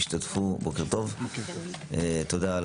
תודה על